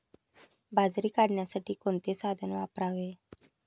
बाजरी काढण्यासाठी कोणते साधन वापरावे?